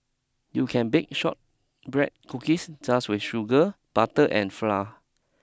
you can bake shortbread cookies just with sugar butter and flour